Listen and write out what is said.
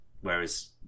whereas